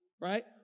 right